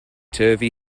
turvy